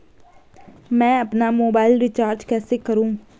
मैं अपना mobile recharge कैसे करूँ?